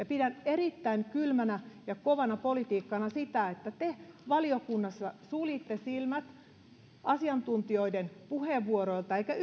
pidän erittäin kylmänä ja kovana politiikkana sitä että te valiokunnassa suljitte silmät asiantuntijoiden puheenvuoroilta eikä